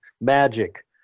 magic